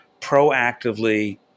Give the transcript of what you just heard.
proactively